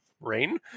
Rain